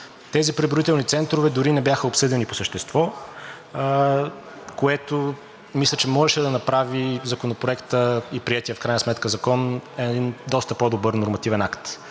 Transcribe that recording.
Тези преброителни центрове дори не бяха обсъдени по същество, което мисля, че можеше да направи Законопроектът, и от приетия в крайна сметка Закон – един доста по-добър нормативен акт,